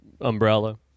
umbrella